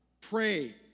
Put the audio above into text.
Pray